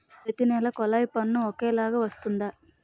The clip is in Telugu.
ప్రతి నెల కొల్లాయి పన్ను ఒకలాగే వస్తుందా?